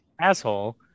asshole